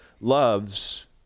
loves